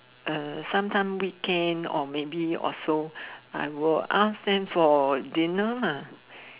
uh sometime weekend or maybe or so I will ask them for dinner lah